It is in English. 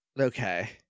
Okay